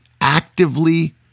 actively